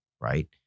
right